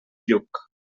lluc